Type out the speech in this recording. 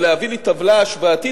ולהביא לי טבלה השוואתית,